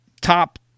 top